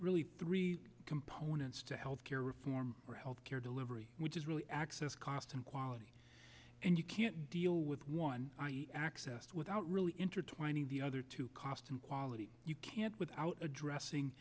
really three components to health care reform or health care delivery which is really access cost and quality and you can't deal with one eye access without really intertwining the other two cost and quality you can't without addressing